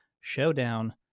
showdown